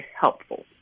helpful